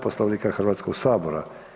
Poslovnika Hrvatskog sabora.